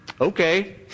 Okay